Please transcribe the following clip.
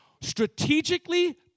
strategically